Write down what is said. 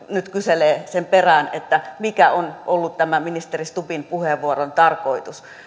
nyt kyselee sen perään mikä on ollut tämä ministeri stubbin puheenvuoron tarkoitus